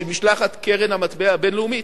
עם משלחת קרן המטבע הבין-לאומית,